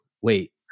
wait